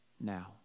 now